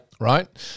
right